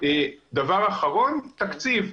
הדבר האחרון, תקציב.